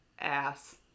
ass